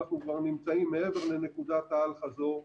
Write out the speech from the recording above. אנחנו כבר נמצאים מעבר לנקודת האל-חזור.